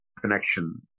connection